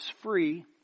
free